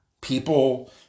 people